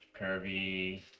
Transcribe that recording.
curvy